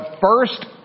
first